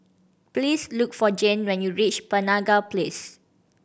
please look for Jane when you reach Penaga Place